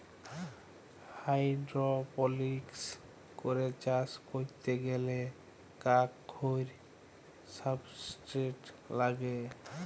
hydroponics করে চাষ ক্যরতে গ্যালে কাক কৈর সাবস্ট্রেট লাগে